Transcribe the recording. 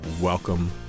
Welcome